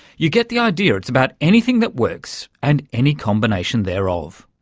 you get the idea it's about anything that works and any combination thereof.